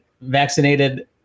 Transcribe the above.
vaccinated